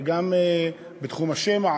גם בתחום השמע,